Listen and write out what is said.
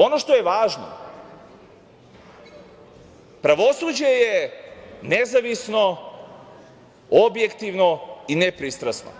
Ono što je važno, pravosuđe je nezavisno, objektivno i nepristrasno